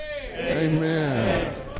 Amen